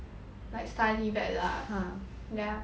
like study vet lah